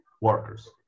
workers